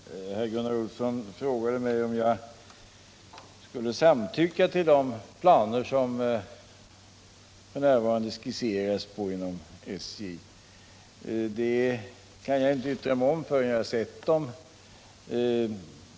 Herr talman! Gunnar Olsson frågade mig om jag skulle samtycka till de planer som f.n. skisseras inom SJ. Det kan jag inte yttra mig om förrän jag sett dem.